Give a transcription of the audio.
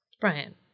Brian